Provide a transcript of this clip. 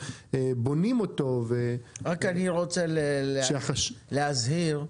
אני רוצה להזהיר.